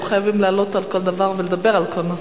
לא חייבים לעלות על כל דבר ולדבר על כל נושא,